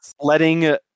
letting